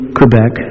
Quebec